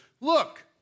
look